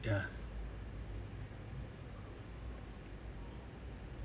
ya